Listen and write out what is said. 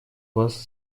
вас